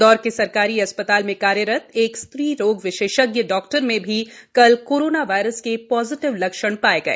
इंदौर के सरकारी अस्पताल में कार्यरत एक स्त्री रोग विशेषज्ञ डॉक्टर में भी कल कोरोना वायरस के पॉजिटिव लक्षण पाए गए